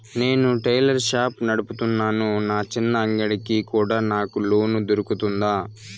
నేను tailor shop నడుపుతున్నాను, నా చిన్న అంగడి కి కూడా నాకు లోను దొరుకుతుందా?